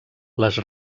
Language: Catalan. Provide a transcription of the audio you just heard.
les